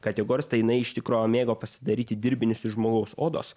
kategorijos tai jinai iš tikro mėgo pasidaryti dirbinius iš žmogaus odos